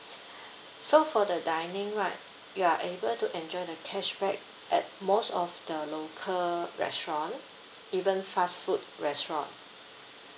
so for the dining right you are able to enjoy the cashback at most of the local restaurant even fast food restaurant